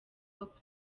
hop